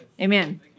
Amen